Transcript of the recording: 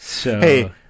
Hey